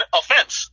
offense